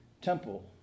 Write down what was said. temple